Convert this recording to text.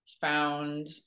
found